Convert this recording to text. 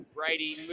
Brady